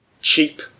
cheap